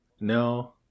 No